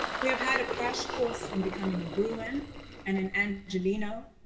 we have had a crash course in becoming a bruin and an angelino,